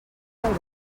del